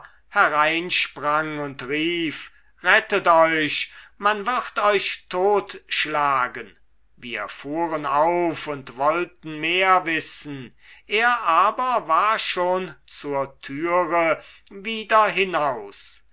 war hereinsprang und rief rettet euch man wird euch totschlagen wir fuhren auf und wollten mehr wissen er aber war schon zur türe wieder hinaus